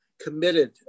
committed